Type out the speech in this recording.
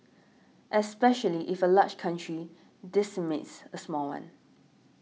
especially if a large country decimates a small one